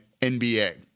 NBA